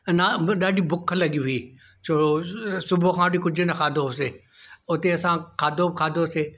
अन्ना ॾाढी बुख लॻी हुई छो सुबुह खां वठी कुझु न खाधो हुयोसीं उते असां खाधो खाधोसीं